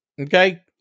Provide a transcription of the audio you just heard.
Okay